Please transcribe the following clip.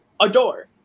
adore